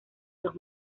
los